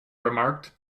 remarked